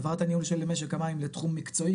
העברת הניהול של משק המים לתחום מקצועי,